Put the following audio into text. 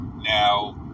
Now